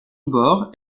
bord